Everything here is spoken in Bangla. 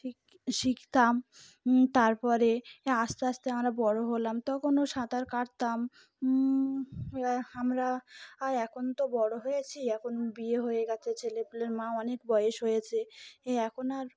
শিখতাম তারপরে আস্তে আস্তে আমরা বড়ো হলাম তখনও সাঁতার কাটতাম আমরা আর এখন তো বড়ো হয়েছি এখন বিয়ে হয়ে গেছে ছেলেপুলের মা অনেক বয়স হয়েছে এ এখন আর